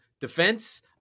defense